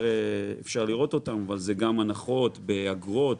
זה גם הנחות באגרות,